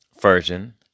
version